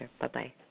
Bye-bye